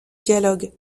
dialogue